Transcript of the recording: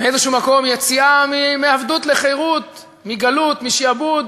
באיזשהו מקום יציאה מעבדות לחירות, מגלות, משעבוד,